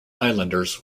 islanders